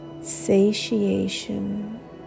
satiation